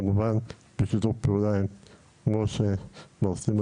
כמובן בשיתוף פעולה עם משה בר סימן